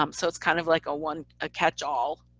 um so it's kind of like a one, a catch all